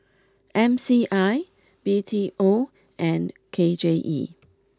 M C I B T O and K J E